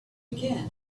again